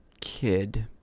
kid